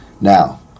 now